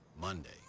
Monday